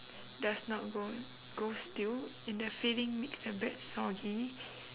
does not grow grow stale and the filling makes the bread soggy